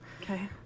Okay